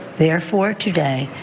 therefore, today,